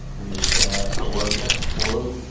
he was a worker for them.